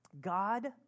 God